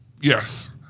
Yes